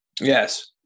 Yes